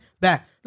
back